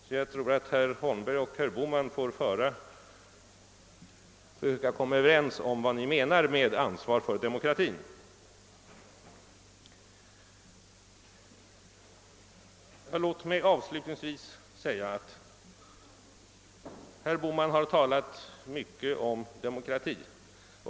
Jag tror att herr Holmberg och herr Bohman får försöka komma överens om vad ni menar med ansvar för demokratin. Låt mig avslutningsvis erinra om att herr Bohman har talat mycket om demokrati.